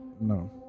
No